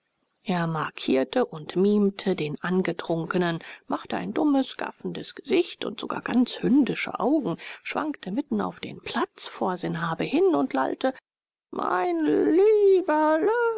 er markierte und mimte den angetrunkenen machte ein dummes gaffendes gesicht und sogar ganz hündische augen schwankte mitten auf den platz vor sanhabe hin und lallte mein llieber